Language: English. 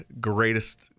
greatest